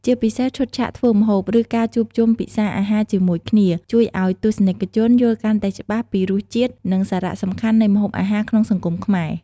ជាពិសេសឈុតឆាកធ្វើម្ហូប ឬការជួបជុំពិសាអាហារជាមួយគ្នា ជួយឱ្យទស្សនិកជនយល់កាន់តែច្បាស់ពីរសជាតិ និងសារៈសំខាន់នៃម្ហូបអាហារក្នុងសង្គមខ្មែរ ។